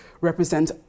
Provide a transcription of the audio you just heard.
represent